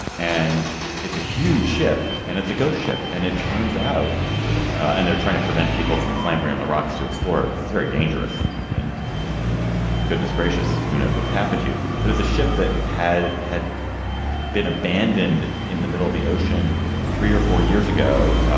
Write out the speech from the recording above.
and it's a huge ship and it's a ghost ship. and it turns out and they're trying to prevent people from clambering the rocks to explorer because it's very dangerous. and and goodness gracious, who knows what could happen to you. but as a ship that had had been abandoned in the middle of the ocean three or four years ago.